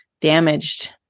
damaged